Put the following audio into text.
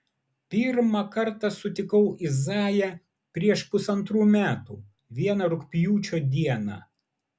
pirmą kartą sutikau izaiją prieš pusantrų metų vieną rugpjūčio dieną